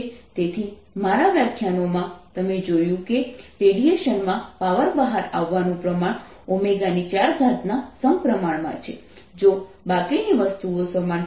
તેથી મારા વ્યાખ્યાનોમાં તમે જોયું કે રેડિયેશન માં પાવર બહાર આવવાનું પ્રમાણ 4 ના સમપ્રમાણમાં છે જો બાકીની વસ્તુઓ સમાન હોય